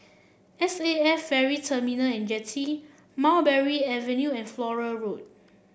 S A F Ferry Terminal and Jetty Mulberry Avenue and Flora Road